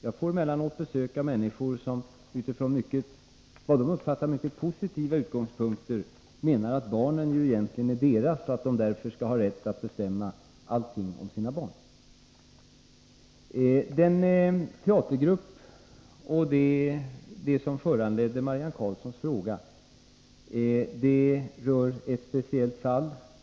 Jag får emellanåt besök av föräldrar som utifrån vad de uppfattar som mycket positiva utgångspunkter menar att barnen egentligen är deras och att de därför skall ha rätt att bestämma allting om sina barn. Det som föranledde Marianne Karlssons fråga var ett speciellt fall.